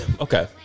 Okay